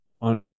on